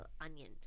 onion